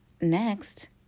Next